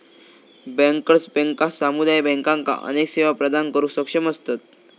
bankers बँका समुदाय बँकांका अनेक सेवा प्रदान करुक सक्षम असतत